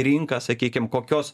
rinką sakykim kokios